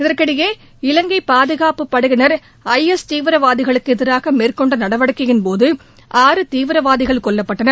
இதற்கிடையே இலங்கை பாதுகாப்புப் படையினர் ஐ எஸ் தீவிரவாதிகளுக்கு எதிராக மேற்கொண்ட நடவடிக்கையின்போது ஆறு தீவிரவாதிகள் கொல்லப்பட்டனர்